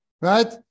right